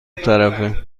طرفه